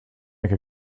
make